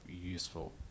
useful